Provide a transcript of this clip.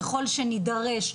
ככל שנידרש,